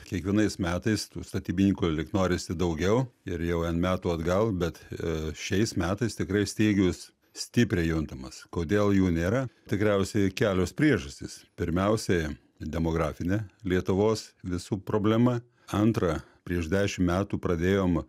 kiekvienais metais tų statybininkų lyg norisi daugiau ir jau n metų atgal bet šiais metais tikrai stygius stipriai juntamas kodėl jų nėra tikriausiai kelios priežastys pirmiausiai demografinė lietuvos visų problema antra prieš dešimt metų pradėjom